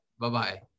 Bye-bye